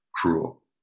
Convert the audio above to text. cruel